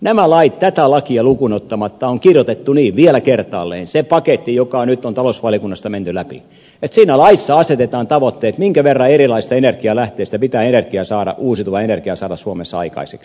nämä lait tätä lakia lukuun ottamatta on kirjoitettu niin vielä kertaalleen että siinä paketissa joka nyt on talousvaliokunnasta mennyt läpi laissa asetetaan tavoitteet minkä verran erilaisista energialähteistä pitää uusiutuvaa energiaa saada suomessa aikaiseksi